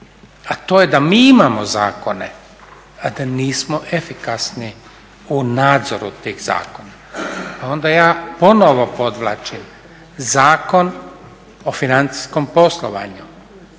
a to je da mi imamo zakone a da nismo efikasni u nadzoru tih zakona. Onda ja ponovno podvlačim Zakon o financijskom poslovanju.